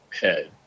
head